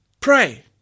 Pray